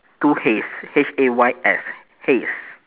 two hays H A Y S hays